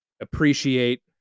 appreciate